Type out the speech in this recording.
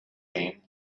then